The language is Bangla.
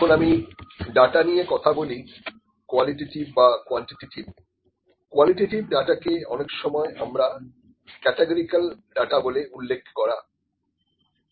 যখন আমি ডাটা নিয়ে কথা বলি কোয়ালিটেটিভ বা কোয়ান্টিটেটিভ কোয়ালিটেটিভ ডাটাকে অনেক সময় আমরা ক্যাটেগরিকাল ডাটা বলে উল্লেখ করি